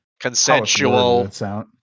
Consensual